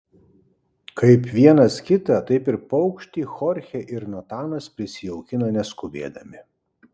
kaip vienas kitą taip ir paukštį chorchė ir natanas prisijaukina neskubėdami